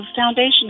foundation